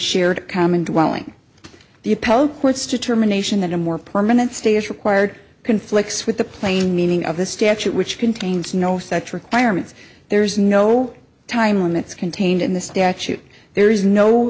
shared common dwelling the pope courts determination that a more permanent state is required conflicts with the plain meaning of the statute which contains no such requirements there is no time limits contained in the statute there is no